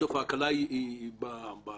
בסוף ההקלה היא בכתיבה.